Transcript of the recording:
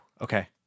Okay